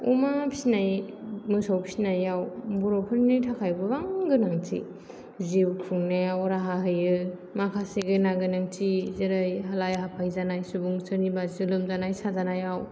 अमा फिसिनाय मोसौ फिसिनायाव बर'फोरनि थाखाय गोबां गोनांथि जिउ खुंनायाव राहा होयो माखासे गेना गोनांथि जेरै हालाय हाफाय जानाय सुबुं सोरनिबा लोमजानाय साजानायाव